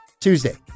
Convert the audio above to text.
Tuesday